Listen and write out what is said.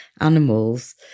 animals